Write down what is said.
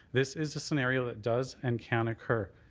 this is a scenario that does and can occur.